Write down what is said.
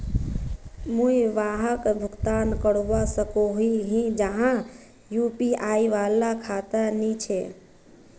मुई वहाक भुगतान करवा सकोहो ही जहार यु.पी.आई वाला खाता नी छे?